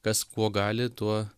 kas kuo gali tuo